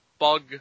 bug